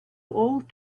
old